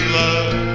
love